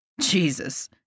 Jesus